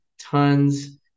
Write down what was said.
tons